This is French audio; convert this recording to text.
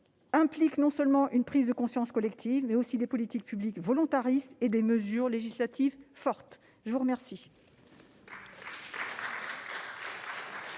implique non seulement une prise de conscience collective, mais aussi des politiques publiques volontaristes et des mesures législatives fortes. La parole